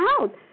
out